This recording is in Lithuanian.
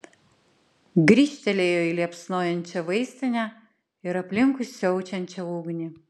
grįžtelėjo į liepsnojančią vaistinę ir aplinkui siaučiančią ugnį